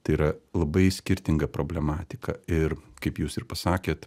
tai yra labai skirtinga problematika ir kaip jūs ir pasakėt